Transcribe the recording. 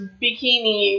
bikini